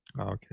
Okay